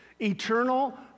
Eternal